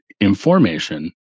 information